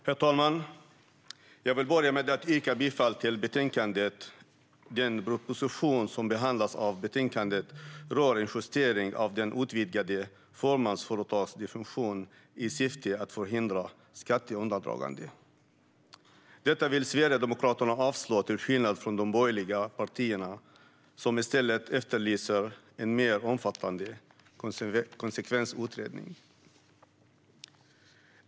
Herr talman! Jag vill börja med att yrka bifall till förslaget i betänkandet. Den proposition som behandlas i betänkandet rör en justering av den utvidgade fåmansföretagsdefinitionen. Denna justering görs i syfte att förhindra skatteundandragande. Detta vill Sverigedemokraterna avslå, till skillnad från de borgerliga partierna, som i stället efterlyser en mer omfattande konsekvensutredning.